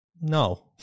no